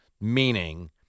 Meaning